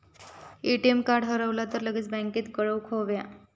ATM card हरवला तर लगेच बँकेत कळवुक हव्या